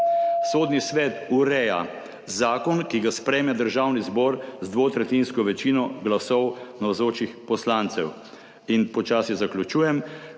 Sodni svet ureja zakon, ki ga sprejme Državni zbor z dvotretjinsko večino glasov navzočih poslancev. Počasi zaključujem.